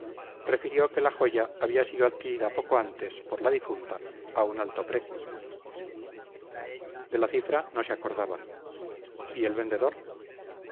refirió que la joya había sido adquirida poco antes por la difunta a un alto precio de la cifra no se acordaba y el vendedor